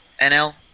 NL